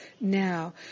now